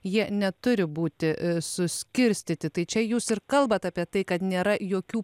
jie neturi būti suskirstyti tai čia jūs ir kalbat apie tai kad nėra jokių